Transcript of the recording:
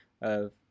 of-